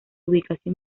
ubicación